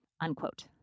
unquote